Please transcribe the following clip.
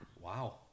Wow